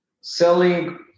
selling